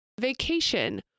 vacation